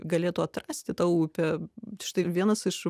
galėtų atrasti tą upę štai vienas iš